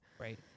right